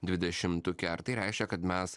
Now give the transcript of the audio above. dvidešimtuke ar tai reiškia kad mes